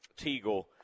Teagle